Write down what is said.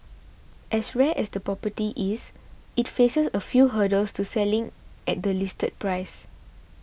as rare as the property is though it faces a few hurdles to selling at the listed price